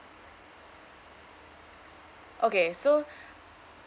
okay so